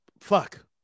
fuck